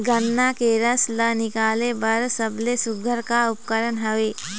गन्ना के रस ला निकाले बर सबले सुघ्घर का उपकरण हवए?